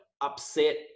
upset